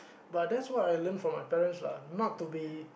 but that's what I learned from my parents lah not to be